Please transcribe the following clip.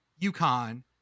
UConn